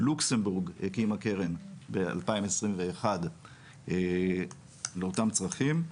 לוקסמבורג הקימה קרן ב-2021 לאותם צרכים.